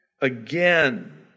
again